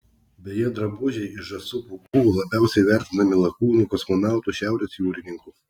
beje drabužiai iš žąsų pūkų labiausiai vertinami lakūnų kosmonautų šiaurės jūrininkų